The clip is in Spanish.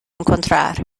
encontrar